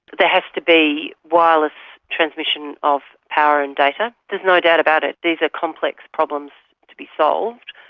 there has to be wireless transmission of power and data. there is no doubt about it, these are complex problems to be solved,